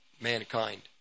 mankind